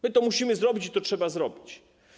My to musimy zrobić, to trzeba zrobić.